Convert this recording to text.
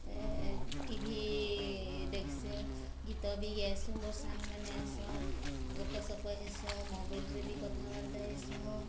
ଟି V ଦେଖସିଁ ଗୀତ ବି ଗାଏସୁଁ ମୋର୍ ସାଙ୍ଗ ମାନେ ଆଏସନ୍ ଗପସପ ହେସୁଁ ମୋବାଇଲରେ ବି କଥାବାର୍ତ୍ତା ହେସୁଁ